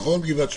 נכון, גבעת שמואל?